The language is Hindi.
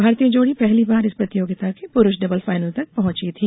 भारतीय जोड़ी पहली बार इस प्रतियोगिता के पुरुष डबल्से फाइनल तक पहुंची थी